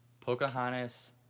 pocahontas